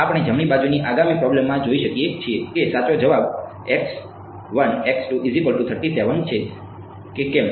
અને આપણે જમણી બાજુની આગામી પ્રોબેલ્મમાં જોઈ શકીએ છીએ કે સાચો જવાબ છે કે કેમ